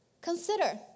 Consider